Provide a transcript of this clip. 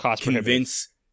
convince